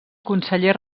conseller